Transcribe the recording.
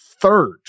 third